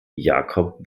jacob